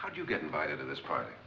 how do you get invited to this party